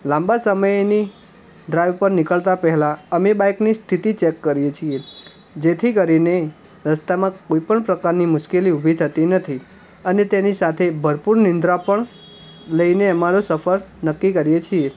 લાંબા સમયેની ડ્રાઈવ પર નીકળતા પહેલાં અમે બાઇકની સ્થિતિ ચૅક કરીએ છીએ જેથી કરીને રસ્તામાં કોઈ પણ પ્રકારની મુશ્કેલી ઉભી થતી નથી અને તેની સાથે ભરપુર નિદ્રા પણ લઈને અમારો સફર નક્કી કરીએ છીએ